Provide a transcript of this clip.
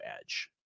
edge